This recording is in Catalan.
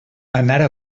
anara